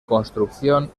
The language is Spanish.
construcción